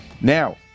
Now